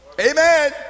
Amen